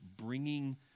bringing